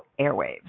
airwaves